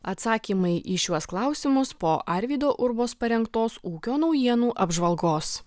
atsakymai į šiuos klausimus po arvydo urbos parengtos ūkio naujienų apžvalgos